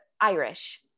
Irish